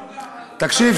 תקשיב,